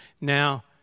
now